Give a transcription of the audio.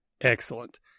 Excellent